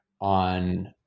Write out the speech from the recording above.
on